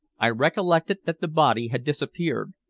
i recollected that the body had disappeared,